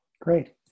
Great